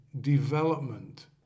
development